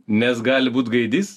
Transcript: nes gali būt gaidys